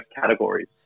categories